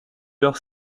leur